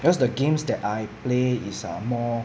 because the games that I play is uh more